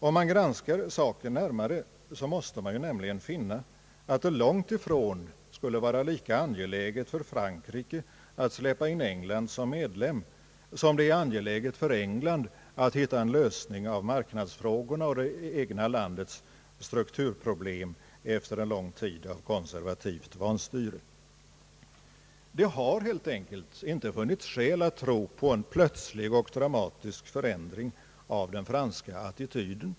Om man granskar saken närmare, måste man nämligen finna att det långt ifrån skulle vara lika angeläget för Frankrike att släppa in England som medlem som det är angeläget för England att hitta en lösning av marknadsfrågorna och det egna landets strukturproblem efter en lång tid av konservativt vanstyre. Det har helt enkelt inte funnits skäl att tro på en plötslig och dramatisk förändring av den franska attityden.